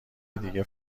دیگر